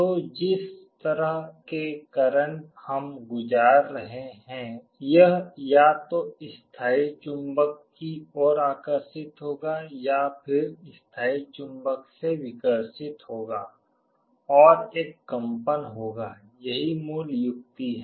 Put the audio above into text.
तो जिस तरह के करंट हम गुजार रहे हैं यह या तो स्थायी चुंबक की ओर आकर्षित होगा या फिर स्थायी चुंबक से विकर्षित होगा और एक कंपन होगा यही मूल युक्ति है